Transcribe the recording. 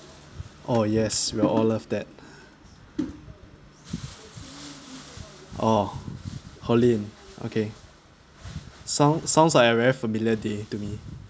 oh yes we'll all love that orh hollin okay sounds sounds like a very familiar day to me